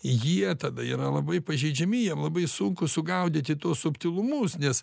jie tada yra labai pažeidžiami jiems labai sunku sugaudyti tuos subtilumus nes